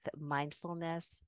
mindfulness